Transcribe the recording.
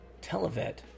TeleVet